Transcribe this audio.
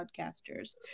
podcasters